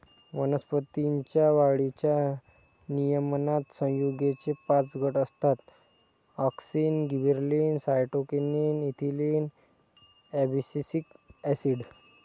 वनस्पतीं च्या वाढीच्या नियमनात संयुगेचे पाच गट असतातः auxin, gibberellin, cytokinin, ethylene, abscisic acid